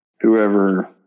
whoever